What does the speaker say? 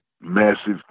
massive